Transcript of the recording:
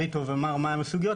מר ריטוב פרש בפניכם את חלקן.